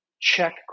check